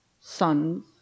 sons